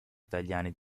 italiani